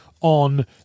on